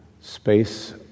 space